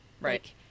Right